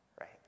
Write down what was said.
Right